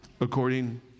according